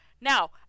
now